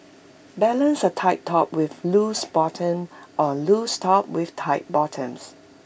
balance A tight top with loose bottoms or A loose top with tight bottoms